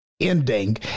Ending